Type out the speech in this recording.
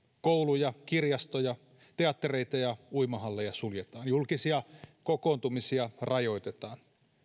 kouluja kirjastoja teattereita ja uimahalleja suljetaan julkisia kokoontumisia rajoitetaan